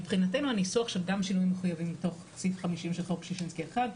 מבחינתנו הניסוח --- מתוך סעיף 50 של חוק שישינסקי 1,